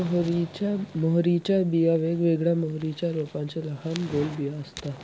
मोहरीच्या बिया वेगवेगळ्या मोहरीच्या रोपांच्या लहान गोल बिया असतात